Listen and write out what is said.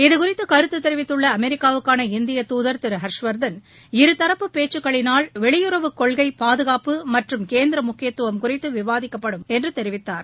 இது குறித்து கருத்து தெரிவித்துள்ள அமெரிக்காவுக்கான இந்திய தூதர் திரு ஹர்ஷ்வர்தன் இருதரப்பு பேச்கக்களினால் வெளியுறவுக்கொள்கை பாதுகாப்பு மற்றும் கேந்திர முக்கியத்துவம் குறித்து விவாதிக்கப்படும் என்று தெரிவித்தார்